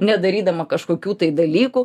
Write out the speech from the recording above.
nedarydama kažkokių tai dalykų